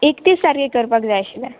एक तीस तारखेक करपाक जाय आशिल्लें